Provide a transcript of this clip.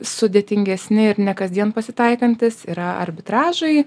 sudėtingesni ir ne kasdien pasitaikantys yra arbitražai